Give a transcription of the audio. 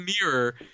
mirror